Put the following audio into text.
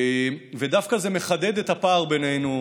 ודווקא זה מחדד את הפער בינינו,